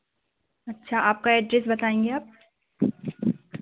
अच्छा आपका एड्रैस बताएंगे आप